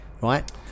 right